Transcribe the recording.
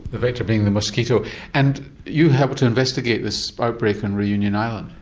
the vector being the mosquito and you have to investigate this outbreak on reunion island?